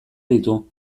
ditu